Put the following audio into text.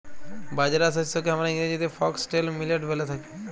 বাজরা শস্যকে হামরা ইংরেজিতে ফক্সটেল মিলেট ব্যলে থাকি